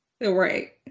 Right